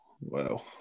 Wow